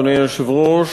אדוני היושב-ראש,